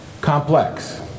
complex